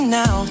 now